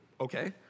okay